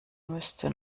müsste